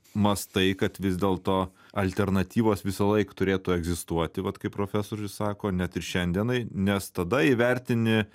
mąstai kad vis dėlto alternatyvos visąlaik turėtų egzistuoti vat kaip profesorius sako net ir šiandienai nes tada įvertini